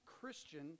Christian